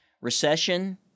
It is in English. Recession